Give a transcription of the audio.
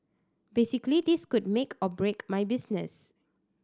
basically this could make or break my business